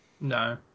No